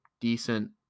decent